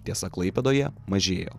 tiesa klaipėdoje mažėjo